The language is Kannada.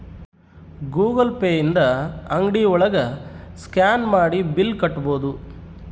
ಗೂಗಲ್ ಪೇ ಇಂದ ಅಂಗ್ಡಿ ಒಳಗ ಸ್ಕ್ಯಾನ್ ಮಾಡಿ ಬಿಲ್ ಕಟ್ಬೋದು